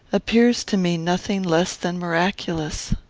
appears to me nothing less than miraculous.